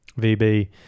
VB